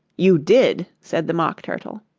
you did said the mock turtle.